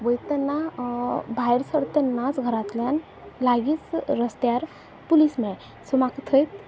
वयता तेन्ना भायर सरता तेन्नाच घरांतल्यान लागींच रस्त्यार पुलीस मेळ्ळे सो म्हाका थंय